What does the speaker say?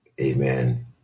Amen